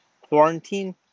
Quarantine